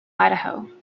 idaho